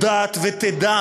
יודעת ותדע,